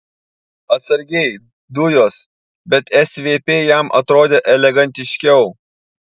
atsargiai dujos bet svp jam atrodė elegantiškiau